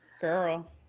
girl